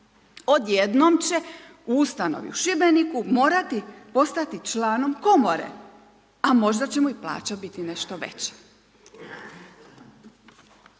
Od jednom će u ustanovi u Šibeniku morati postati članom komore, a možda će mu i plaća biti nešto veća.